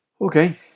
okay